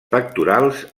pectorals